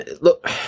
Look